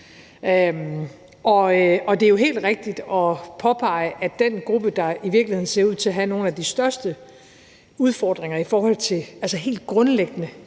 Det er jo helt rigtigt at påpege, at den gruppe, der i virkeligheden ser ud til at have nogle af de største udfordringer i forhold til helt grundlæggende